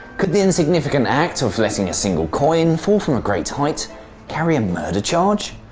could the insignificant act of letting a single coin fall from a great height carry a murder charge?